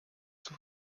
zur